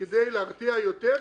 כדי להרתיע יותר.